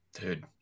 Dude